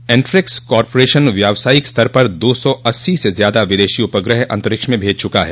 Antrix corporation व्यवसायिक स्तर पर दो सौ अस्सी से ज्यादा विदेशी उपग्रह अन्तरिक्ष में भेज चुका है